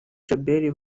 djabel